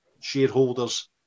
shareholders